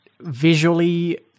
visually